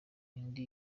indi